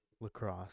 lacrosse